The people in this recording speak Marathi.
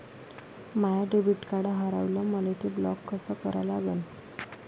माय डेबिट कार्ड हारवलं, मले ते ब्लॉक कस करा लागन?